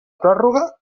pròrroga